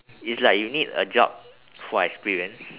it's like you need a job for experience